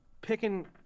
picking